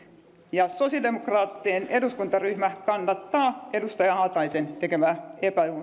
sosiaalidemokraattien eduskuntaryhmä kannattaa edustaja haataisen tekemää